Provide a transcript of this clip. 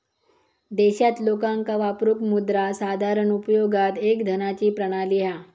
देशात लोकांका वापरूक मुद्रा साधारण उपयोगात एक धनाची प्रणाली हा